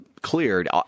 cleared